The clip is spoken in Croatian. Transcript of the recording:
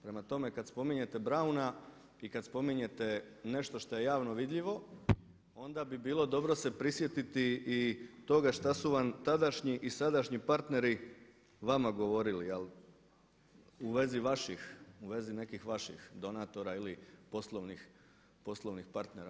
Prema tome, kad spominjete Brauna i kad spominjete nešto što je javno vidljivo, onda bi bilo dobro se prisjetiti i toga što su vam tadašnji i sadašnji partneri vama govorili ali u vezi vaših, u vezi nekih vaših donatora ili poslovnih partnera.